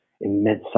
immense